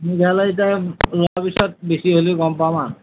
তেতিয়াহ'লে এতিয়া লোৱা পাছত বেছি হ'লে গম পাম আৰু